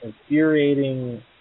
infuriating